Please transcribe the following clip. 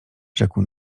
rzekł